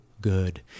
good